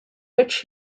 which